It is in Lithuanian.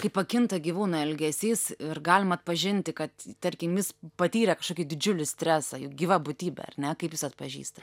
kai pakinta gyvūno elgesys ir galima atpažinti kad tarkim jis patyrė kažkokį didžiulį stresą juk gyva būtybė ar ne kaip jūs atpažįsta